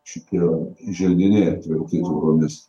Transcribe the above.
šitie želdiniai aptverti tvoromis